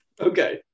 Okay